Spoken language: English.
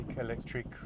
electric